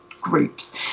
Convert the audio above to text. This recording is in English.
groups